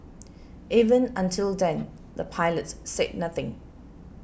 even until then the pilots said nothing